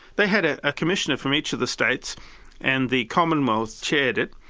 they had a ah commissioner from each of the states and the commonwealth chaired it.